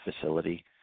Facility